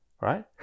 right